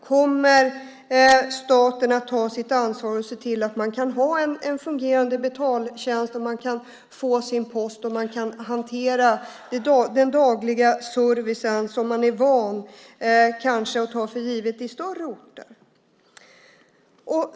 Kommer staten att ta sitt ansvar och se till att de kan ha en fungerande betaltjänst, att de kan få sin post och de kan hantera den dagliga servicen som man är van vid och kanske tar för given på större orter.